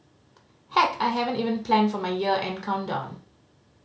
heck I haven't even plan for my year end countdown